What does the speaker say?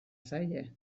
zaie